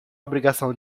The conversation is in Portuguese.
obrigação